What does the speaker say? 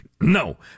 No